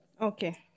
Okay